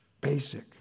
Basic